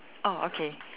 oh okay